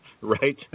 Right